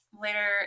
later